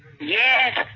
Yes